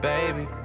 Baby